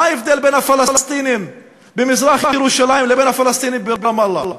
מה ההבדל בין הפלסטינים במזרח-ירושלים לבין הפלסטינים ברמאללה?